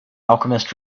alchemist